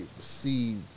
see